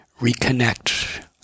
reconnect